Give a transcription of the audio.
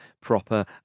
proper